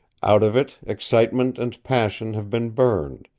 out of it excitement and passion have been burned,